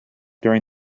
during